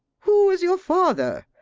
who was your father?